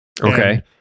Okay